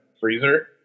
freezer